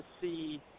see